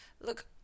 Look